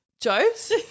Jokes